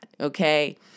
okay